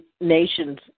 nations